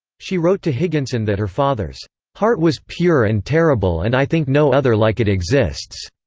she wrote to higginson that her father's heart was pure and terrible and i think no other like it exists.